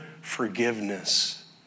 forgiveness